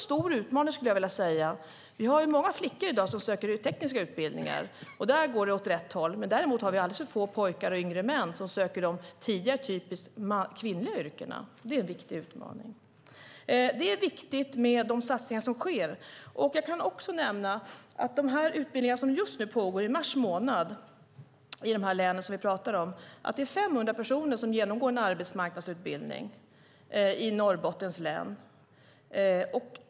Vi har många flickor som söker tekniska utbildningar. Där går det åt rätt håll. Däremot har vi alldeles för få pojkar och yngre män som söker de tidigare typiskt kvinnliga yrkena. Det är en stor och viktig utmaning. Det är viktigt med de satsningar som sker. I mars månad gick 500 personer på arbetsmarknadsutbildning i Norrbottens län.